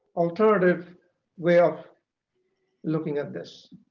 alternative way of looking at this